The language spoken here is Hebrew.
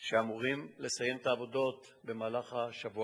והם אמורים לסיים את העבודות במהלך השבוע הקרוב.